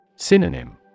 Synonym